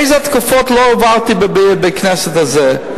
איזה התקפות לא עברתי בכנסת הזאת,